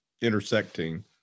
intersecting